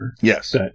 Yes